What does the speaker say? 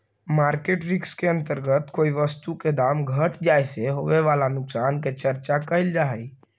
market risk के अंतर्गत कोई वस्तु के दाम घट जाए से होवे वाला नुकसान के चर्चा कैल जा हई